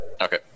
okay